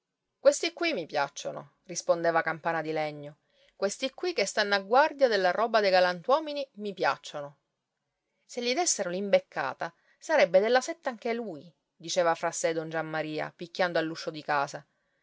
questi qui mi piacciono rispondeva campana di legno questi qui che stanno a guardia della roba dei galantuomini mi piacciono se gli dessero l'imbeccata sarebbe della setta anche lui diceva fra di sé don giammaria picchiando all'uscio di casa